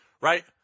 right